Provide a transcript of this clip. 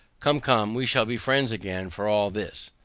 come, come, we shall be friends again, for all this.